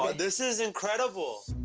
ah this is incredible!